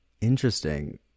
Interesting